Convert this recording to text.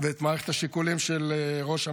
ואת מערכת השיקולים של ראש הממשלה.